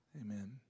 Amen